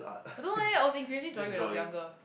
I don't know eh I was in creative drawing when I was younger